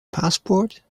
passport